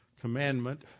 commandment